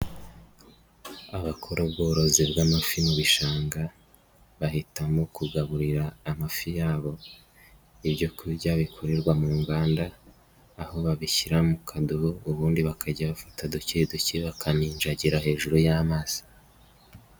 Abakora ubworozi bw'amafi mu bishanga bahitamo kugaburira amafi yabo ibyo kurya bikorerwa mu nganda, aho babishyira mu kadobo ubundi bakajya bafata duke duke bakamijagira hejuru y'amazi.